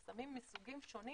חסמים מסוגים שונים